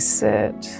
sit